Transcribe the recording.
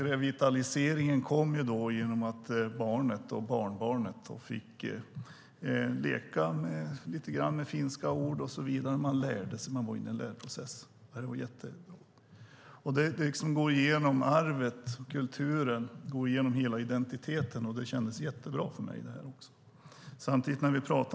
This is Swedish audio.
Revitaliseringen kom genom att barnet och barnbarnet fick leka med finska ord. Man lärde sig, man var i en läroprocess. Det var jätteroligt. Arvet och kulturen genomsyrar hela identiteten. Det kändes jättebra för mig.